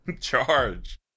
charge